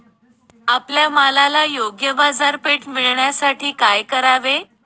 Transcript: आपल्या मालाला योग्य बाजारपेठ मिळण्यासाठी काय करावे?